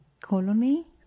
colony